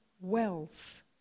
wells